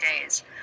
days